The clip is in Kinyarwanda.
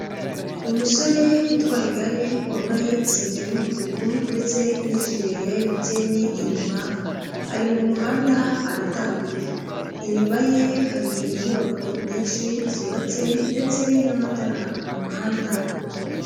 Umusore utwaye igare wambaye isengero y'umutuku ndetse n'ijire ya MTN inyuma, ari mu muhanda aratambika, inyuma ye hari inyubako nyinshi zubatse ndetse n'amatara ku muhanda.